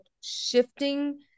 shifting